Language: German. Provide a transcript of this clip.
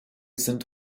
sind